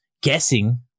guessing